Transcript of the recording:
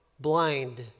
blind